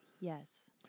Yes